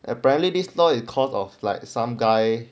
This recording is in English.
apparently this law is cause like some guy